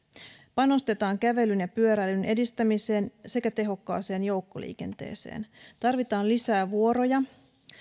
panostetaan kävelyn ja pyöräilyn edistämiseen sekä tehokkaaseen joukkoliikenteeseen tarvitaan lisää vuoroja